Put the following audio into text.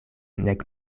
nek